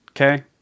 okay